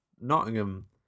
Nottingham